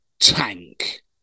Tank